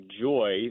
joy